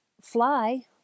fly